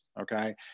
okay